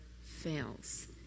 fails